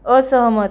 असहमत